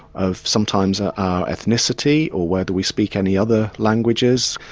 of sometimes ah our ethnicity, or whether we speak any other languages.